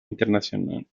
internacional